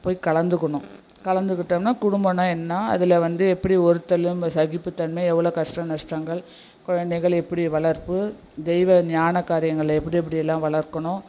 போய் கலந்துக்கணும் கலந்துக்கிட்டம்னா குடும்பம்னா என்ன அதில் வந்து எப்படி ஒறுத்தலும் சகிப்புத்தன்மை எவ்வளோ கஷ்ட நஷ்டங்கள் குழந்தைகள் எப்படி வளர்ப்பு தெய்வ ஞான காரியங்களில் எப்படி எப்படியெல்லாம் வளர்க்கணும்